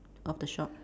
of the shop